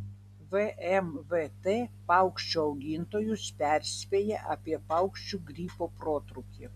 vmvt paukščių augintojus perspėja apie paukščių gripo protrūkį